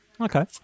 Okay